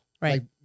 right